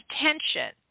attention